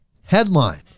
Headline